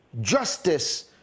justice